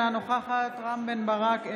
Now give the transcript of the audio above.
אינה נוכחת רם בן ברק,